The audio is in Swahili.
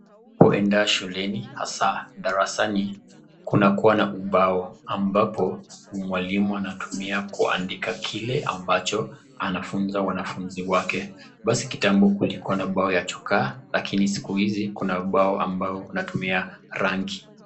Huenda shuleni hasa darasani, kunakuwa na ubao ambapo mwalimu anatumia kuandika kile ambacho anafunza wanafunzi wake, basi kitambo kulikuwa na bao ya chokaa lakini siku izi kuna ubao ambao unatumia rangi.